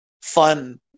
fun